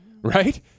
right